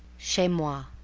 chez moi,